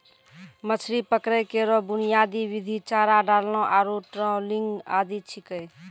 मछरी पकड़ै केरो बुनियादी विधि चारा डालना आरु ट्रॉलिंग आदि छिकै